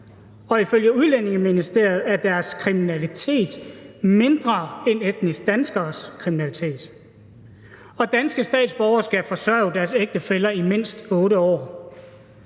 og Integrationsministeriet er deres kriminalitet mindre end etniske danskeres kriminalitet, og danske statsborgere skal forsørge deres ægtefæller i mindst 8 år.